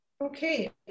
Okay